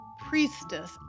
priestess